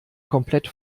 komplett